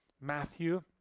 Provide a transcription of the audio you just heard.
Matthew